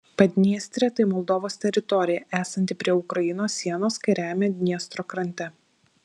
padniestrė tai moldovos teritorija esanti prie ukrainos sienos kairiajame dniestro krante